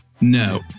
No